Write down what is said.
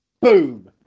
Boom